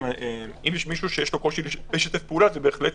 אם יש מישהו שיש לו קושי לשתף פעולה זה בהחלט